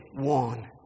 one